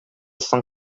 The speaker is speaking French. cent